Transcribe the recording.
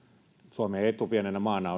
suomen kiistaton etu pienenä maana